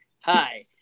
Hi